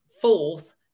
fourth